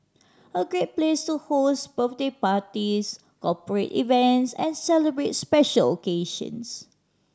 a great place to host birthday parties corporate events and celebrate special occasions